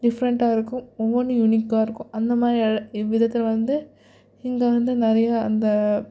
டிஃப்ரெண்ட்டாக இருக்கும் ஒவ்வொன்றும் யூனிக்காக இருக்கும் அந்த மாதிரி எழ் இவ்விதத்தில் வந்து இங்கே வந்து நிறையா அந்த